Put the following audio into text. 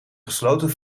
gesloten